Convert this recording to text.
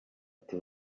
ati